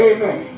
Amen